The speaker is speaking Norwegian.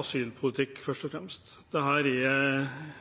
asylpolitikk først og fremst; det er